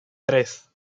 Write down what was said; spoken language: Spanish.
tres